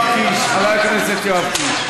אדוני ראש הממשלה, אם אתה, חבר הכנסת יואב קיש.